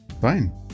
fine